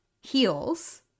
heels